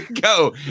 go